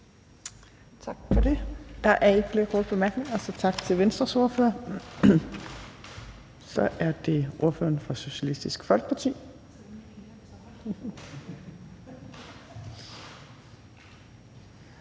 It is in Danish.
Tak for det. Der er ikke flere korte bemærkninger, så tak til Venstres ordfører. Så er det ordføreren for Socialistisk Folkeparti.